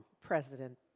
President